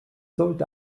sollte